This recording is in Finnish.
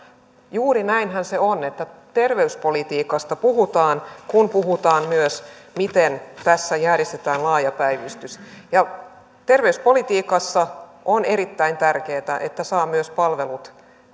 juuri näinhän se on että terveyspolitiikasta puhutaan kun puhutaan myös siitä miten tässä järjestetään laaja päivystys terveyspolitiikassa on erittäin tärkeätä että saa myös palvelut